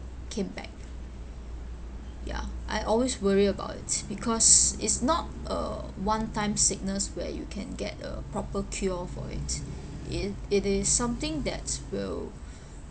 came back ya I always worry about it because it's not a one time sickness where you can get a proper cure for it it it is something that will